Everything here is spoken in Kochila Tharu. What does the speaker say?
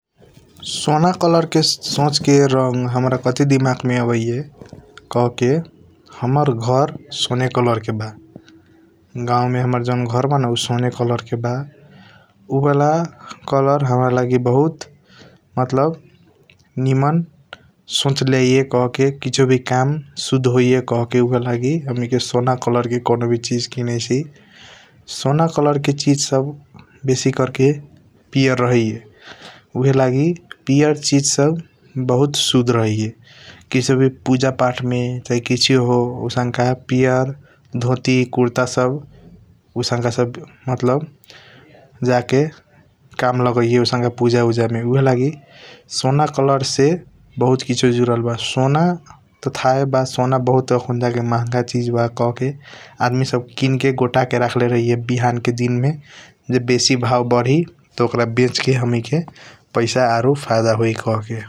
सोना कलर के सोच के रंग हाम्रा काठी दिमाग मे आबाइया कहके हाम्रा घर सोने कलर के ब । गऊ मे हाम्रा जॉन घर बा न सोने कलर के बा ऊ वाला कलर हाम्रा लागि बहुत मतलब निमन सोच लेआइया । कहके किसीओ वी काम सुध होइया कहेके उहए लागि हमनेके के सोना कलर के चीज कीनाइशी । सोना कलर के चीज सब बेसी कर के पियर रहैया उहए लागि पियर चीज सब बहुत सुध रहैया । किसियों वी पूजा पाठ मे चाही कसियों हो आउसनक पियर धोती कुर्ता सब आउसनक मतलब जाके काम लागैया पूजा उज मे । ऊहएलगी सोना कलर से बहुत किसियों जूदल ब सोना त तहहे बा सोना आखुनी बहुत महंगा चीज बा कहके । आदमी सब किन के गोटके रखले रहिएय बिहान के दिन मे ज बेसी वाऊ बड़ी ओकर बेच हमणिके पैसा आरु फाइदा होई कहके ।